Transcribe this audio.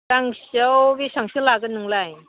गांसेयाव बेसांसो लागोन नोंलाय